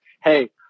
hey